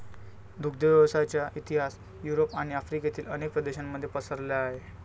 दुग्ध व्यवसायाचा इतिहास युरोप आणि आफ्रिकेतील अनेक प्रदेशांमध्ये पसरलेला आहे